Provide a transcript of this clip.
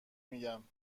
میگم